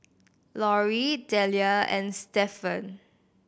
Lorri Delia and Stephan